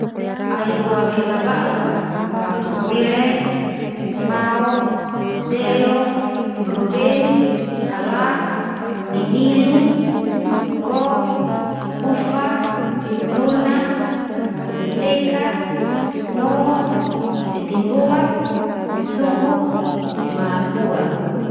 Ai boak ia la ba'ukka ka. Hapu kule, pao, delo, buruben, kalak, ninilu, kok, uva, nonak, putekas, no, titimuboak, su'uk, ma pua.